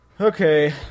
Okay